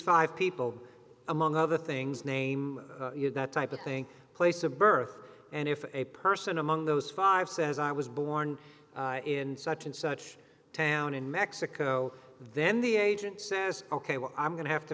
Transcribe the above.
five people among other things name that type of thing place of birth and if a person among those five says i was born in such and such a town in mexico then the agent says ok well i'm going to have to